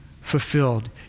fulfilled